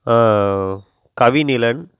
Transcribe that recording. கவினிலன்